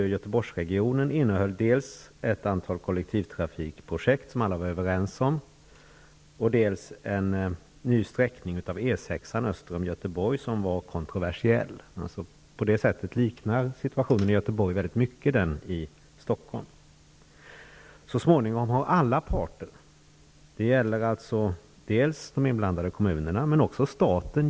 Göteborgsregionen innehöll dels ett antal kollektivtrafikprojekt, som alla var överens om, dels en ny sträckning av E 6 öster om Göteborg som var kontroversiell. På det sättet liknar situationen i Göteborg mycket den i Stockholm. Så småningom har alla parter enats om att E 6:ans nya sträckning var förkastlig.